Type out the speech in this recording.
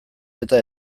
eta